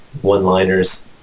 one-liners